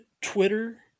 Twitter